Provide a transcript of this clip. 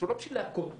זה לא בשביל להכות בה,